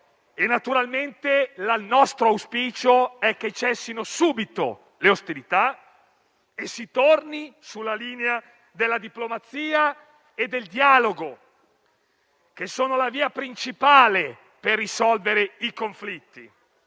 naturalmente è che cessino subito le ostilità e si torni sulla linea della diplomazia e del dialogo, che è la via principale per risolvere i conflitti.